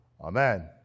Amen